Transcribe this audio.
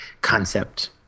concept